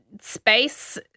space